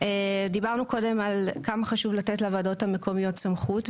דיברנו קודם על כמה חשוב לתת לוועדות המקומיות סמכות,